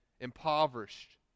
impoverished